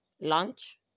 Lunch